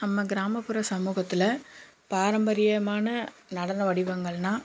நம்ம கிராமப்புற சமூகத்தில் பாரம்பரியமான நடன வடிவங்கள்னா